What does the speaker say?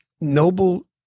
Noble